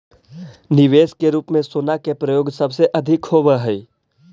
निवेश के रूप में सोना के प्रयोग सबसे अधिक होवऽ हई